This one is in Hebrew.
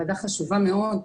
הוועדה חשובה מאוד.